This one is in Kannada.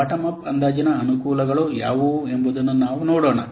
ಬಾಟಮ್ ಅಪ್ ಅಂದಾಜಿನ ಅನುಕೂಲಗಳು ಯಾವುವು ಎಂಬುದನ್ನು ನಾವು ನೋಡೋಣ